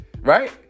Right